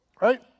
Right